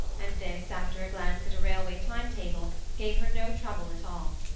and this, after a glance at a railway time-table, gave her no trouble at all.